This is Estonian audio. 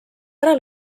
ära